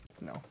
No